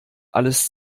alles